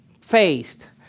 faced